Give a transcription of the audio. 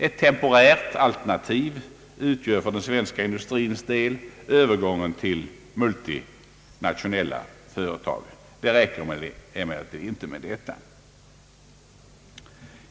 Ett temporärt alternativ utgör för den svenska industrins del övergången till multinationella företag med förgreningar även inom EEC-området. Det räcker emellertid inte med detta.